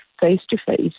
face-to-face